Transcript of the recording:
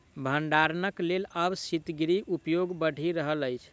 भंडारणक लेल आब शीतगृहक उपयोग बढ़ि रहल अछि